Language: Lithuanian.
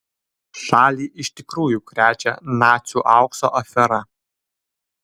šalį iš tikrųjų krečia nacių aukso afera